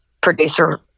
producer